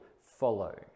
follow